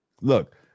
Look